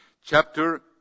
Chapter